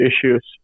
issues